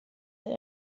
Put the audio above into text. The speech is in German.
der